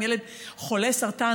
עם ילד חולה סרטן,